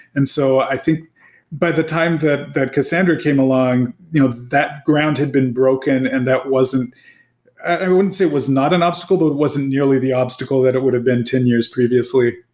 and so, i think by the time that that cassandra came along, that ground had been broken and that wasn't i wouldn't say it was not an obstacle, but wasn't nearly the obstacle that it would've been ten years previously.